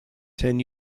ten